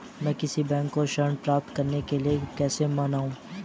मैं किसी बैंक को ऋण प्राप्त करने के लिए कैसे मनाऊं?